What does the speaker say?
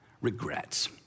regrets